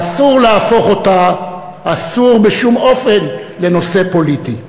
ואסור להפוך אותה, אסור בשום אופן, לנושא פוליטי.